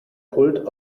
pult